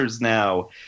now